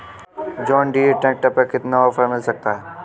John Deere tractor पर कितना offer मिल सकता है?